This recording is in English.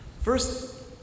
First